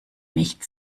nicht